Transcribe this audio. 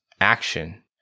action